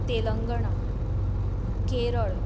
Telangana Kerala